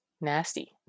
Nasty